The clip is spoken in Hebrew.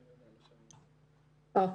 כן.